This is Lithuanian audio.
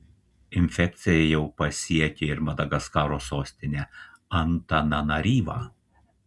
infekcija jau pasiekė ir madagaskaro sostinę antananaryvą